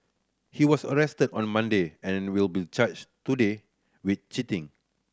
he was arrested on Monday and will be charged today with cheating